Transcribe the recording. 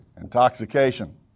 Intoxication